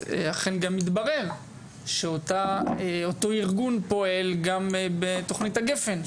אכן גם התברר שאותה אותו ארגון פועל גם בתוכנית הגפן,